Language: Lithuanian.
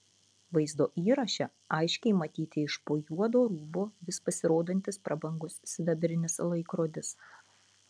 vaizdo įraše aiškiai matyti iš po juodo rūbo vis pasirodantis prabangus sidabrinis laikrodis